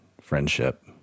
friendship